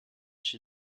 she